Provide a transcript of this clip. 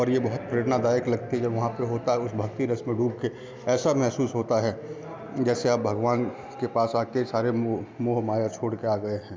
पर ये बहुत प्रेरणादायक लगती है वहाँ पे होता है उस भक्ति रस में डूब के ऐसा महसूस होता है जैसे आप भगवान के पास आ के सारे मोह माया छोड़ के आ गए हैं